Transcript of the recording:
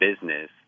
business